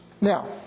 Now